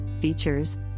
features